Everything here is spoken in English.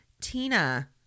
Tina